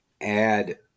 add